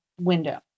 window